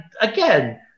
again